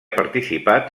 participat